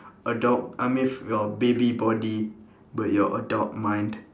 adult I mean your baby body but your adult mind